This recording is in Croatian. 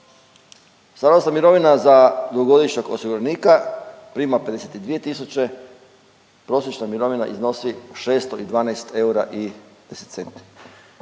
Starosna mirovina za dugogodišnjeg osiguranika prima 52 tisuće, prosječna mirovina iznosi 612 eura